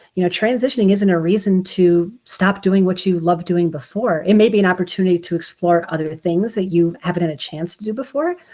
you know transitioning isn't a reason to stop doing what you love doing before. it may be an opportunity to explore other things that you haven't a chance to do before,